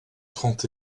trente